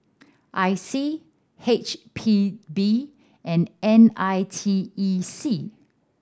I C H P B and N I T E C